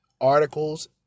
articles